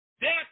death